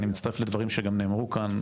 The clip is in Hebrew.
אני מצטרף לדברים שגם נאמרו כאן.